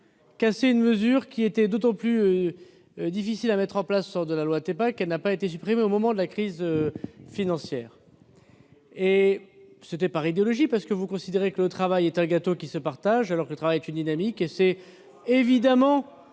cassé une mesure d'autant plus difficile à mettre en place lors de la loi TEPA qu'elle n'a pas été supprimée au moment de la crise financière. C'était par idéologie, parce que vous considérez que le travail est un gâteau qui se partage, alors que le travail est une dynamique. Ce n'est pas